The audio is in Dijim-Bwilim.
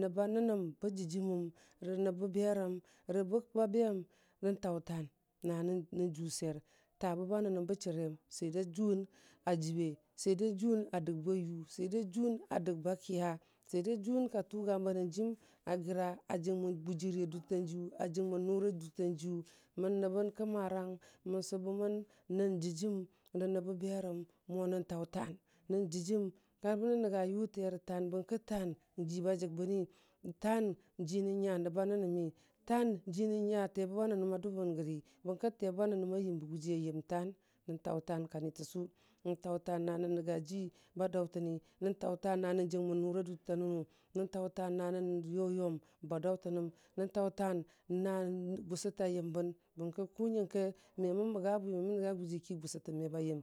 nəbbə nənəm ba dəjiməm rə nəbə berəm rə ba bem nən taʊ tan na nən ju swer, taabəba nənəm bə chərem swer da jʊwʊn a jəbe, swer da jun a dəgba yʊʊ, swer da jʊwʊn a dəfba kəya, swer da yʊwʊn ka tʊga bunhanjəm a gəra a jəmən bujiri a dʊtatanji yʊ, a jəgmən nʊr a jʊtrianjiyʊ, mən nəbən kəmaran mə sʊbəmən nən dəjim rə nəbbə berəm mo nən kwu tan nən dəjim karbənə nənga yʊte tan, bərə ki tan nji ba jəgbəni, tən nji nən nya a nəbbq nənəm tan nji nən nya tebəba nə nəm a dʊbən fəri, bərə ki tebə ba nənəm a yəmbə gʊji a yən tan nən tau tan kani tusu nən tau tan na nən nənga ji ba dautani nan tau tan nan jagman nur a dutata nanu nan tau tan na nan yoyomba dauta nan nan tautan na gusu ta a yamban baraki ku nyanke ma man maga bwi, me man nanga guji gusute me ba yam.